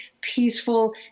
peaceful